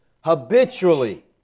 habitually